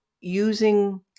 using